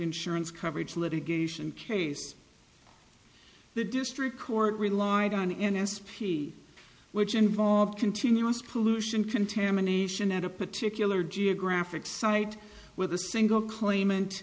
insurance coverage litigation case the district court relied on an n s p which involved continuous pollution contamination at a particular geographic site with a single claimant